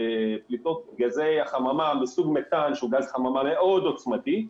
בפליטות גזי החממה מסוג מתאן שהוא גז חממה מאוד עוצמתי,